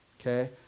okay